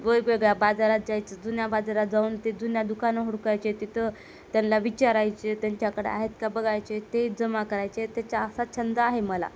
वेगवेगळ्या बाजारात जायचं जुन्या बाजारात जाऊन ते जुन्या दुकानं हुडकायचे तिथं त्यांना विचारायचे त्यांच्याकडे आहेत का बघायचे ते जमा करायचे त्याचा असा छंद आहे मला